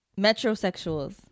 metrosexuals